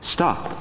Stop